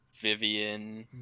Vivian